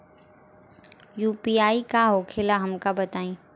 UPI का होखेला हमका बताई?